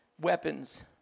weapons